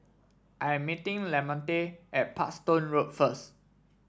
I am meeting Lamonte at Parkstone Road first